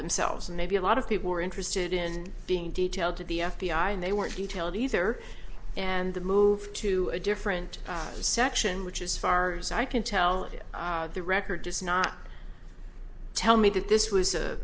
themselves and maybe a lot of people were interested in being detail to the f b i and they weren't detailed either and the moved to a different section which as far as i can tell you the record does not tell me that this was a